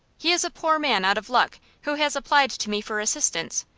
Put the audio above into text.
he is a poor man out of luck, who has applied to me for assistance,